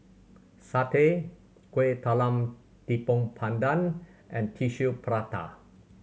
satay Kuih Talam Tepong Pandan and Tissue Prata